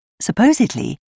Supposedly